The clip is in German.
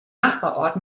nachbarort